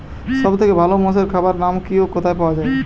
সব থেকে ভালো মোষের খাবার নাম কি ও কোথায় পাওয়া যায়?